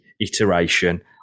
iteration